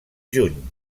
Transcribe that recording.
juny